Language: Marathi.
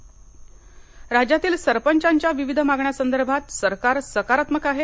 सरपंच राज्यातील सरपंचांच्या विविध मागण्यांसंदर्भा सरकार सकारात्मक आहे